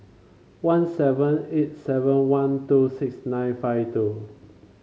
one seven eight seven one two six nine five two